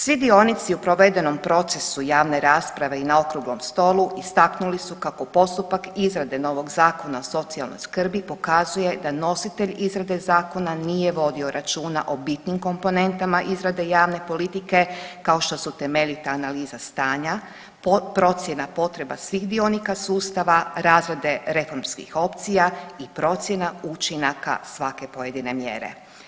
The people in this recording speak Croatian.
Svi dionici u provedenom procesu javne rasprave i na Okruglom stolu istaknuli su kako postupak izrade novog Zakona o socijalnoj skrbi pokazuje da nositelj izrade zakona nije vodio računa o bitnim komponentama izrade javne politike kao što su temeljita analiza stanja, procjena potreba svih dionika sustava, razrede reformskih opcija i procjena učinaka svake pojedine mjere.